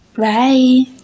bye